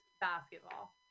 basketball